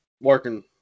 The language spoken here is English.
working